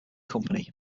company